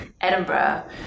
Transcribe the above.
Edinburgh